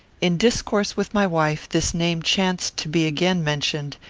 in discourse with my wife, this name chanced to be again mentioned,